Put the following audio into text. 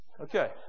Okay